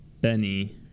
Benny